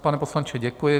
Pane poslanče, děkuji.